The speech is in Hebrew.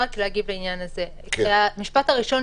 לקבל החלטה לא לאשר חלק או לא לאשר את הכל.